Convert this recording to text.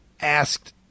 asked